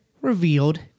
revealed